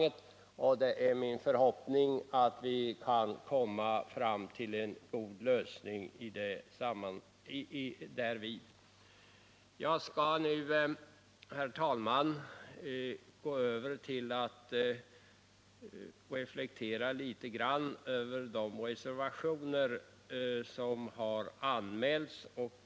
Det är därför min förhoppning att vi därvidlag skall kunna komma fram till en god lösning. Jag skall nu, herr talman, gå över till några reflexioner över de reservationer som har anmälts.